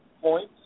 points